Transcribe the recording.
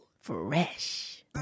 Fresh